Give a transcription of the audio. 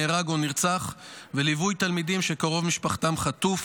נהרג או נרצח וליווי תלמידים שקרוב משפחתם חטוף,